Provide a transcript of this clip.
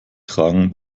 tragen